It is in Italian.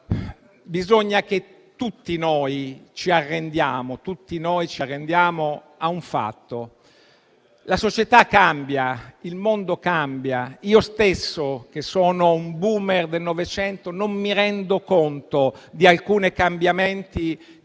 Bisogna che tutti noi ci arrendiamo a un fatto: la società cambia, il mondo cambia. Io stesso, che sono un *boomer* del Novecento, non mi rendo conto di alcuni cambiamenti